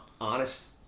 honest